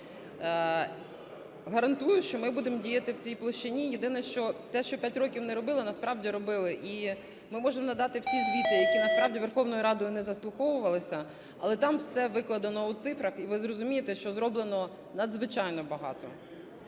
Гарантую, що ми будемо діяти в цій площині. Єдине, що те, що 5 років не робили, насправді робили. І ми можемо надати всі звіти, які насправді Верховною Радою не заслуховувалися, але там все викладено у цифрах, і ви зрозумієте, що зроблено надзвичайно багато.